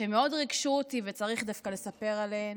שמאוד ריגשו אותי, וצריך דווקא לספר עליהן